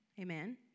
Amen